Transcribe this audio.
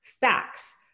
facts